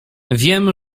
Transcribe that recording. wiem